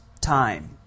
time